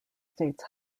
states